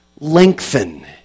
lengthen